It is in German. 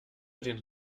den